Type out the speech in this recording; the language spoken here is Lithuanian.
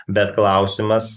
bet klausimas